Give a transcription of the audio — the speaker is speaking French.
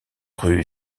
rue